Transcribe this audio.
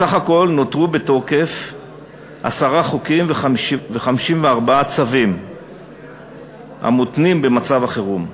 בסך הכול נותרו בתוקף עשרה חוקים ו-54 צווים המותנים במצב החירום.